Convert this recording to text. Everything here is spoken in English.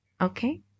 Okay